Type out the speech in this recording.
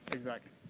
exactly.